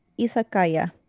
isakaya